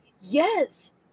Yes